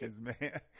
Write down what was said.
man